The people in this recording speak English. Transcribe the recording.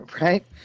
right